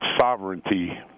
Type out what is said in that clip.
sovereignty